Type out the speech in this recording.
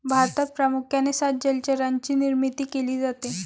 भारतात प्रामुख्याने सात जलचरांची निर्मिती केली जाते